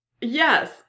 yes